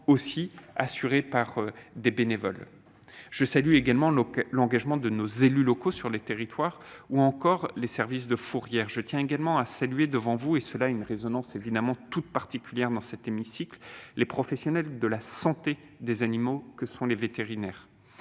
souvent assuré par des bénévoles. Je salue également l'engagement de nos élus locaux sur les territoires ou encore les services de fourrière. Je tiens également à saluer devant vous, et cela a une résonance toute particulière dans cet hémicycle, les professionnels de la santé des animaux que sont les vétérinaires,